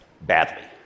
badly